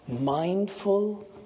mindful